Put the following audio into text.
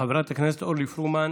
חברת הכנסת אורלי פרומן,